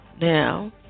Now